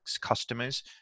customers